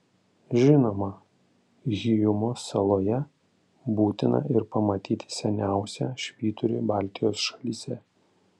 žinoma hyjumos saloje būtina ir pamatyti seniausią švyturį baltijos šalyse